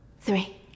three